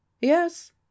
yes